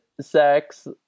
sex